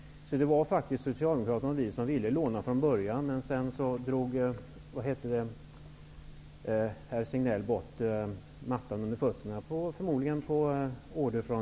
Det var faktiskt Socialdemokraterna och vi som från början ville låna. Sedan drog herr Signell bort mattan under fötterna, förmodligen på order från